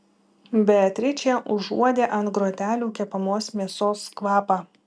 beatričė užuodė ant grotelių kepamos mėsos kvapą